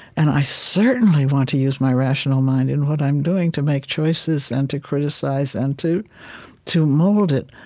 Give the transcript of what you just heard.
and i certainly want to use my rational mind in what i'm doing to make choices and to criticize and to to mold it.